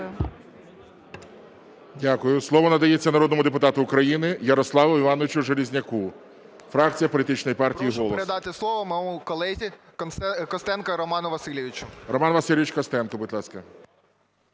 Дякую. Слово надається народному депутату України Ярославу Івановичу Железняку, фракція Політичної партії "Голос".